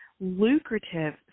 lucrative